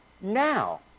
now